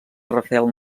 rafael